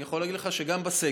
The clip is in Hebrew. אני יכול להגיד לך שגם בסגר,